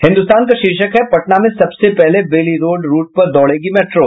हिन्दुस्तान का शीर्षक है पटना में सबसे पहले बेली रोड रूट पर दौड़ेगी मेट्रो